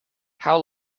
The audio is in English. how